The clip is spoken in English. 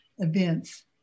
events